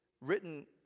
written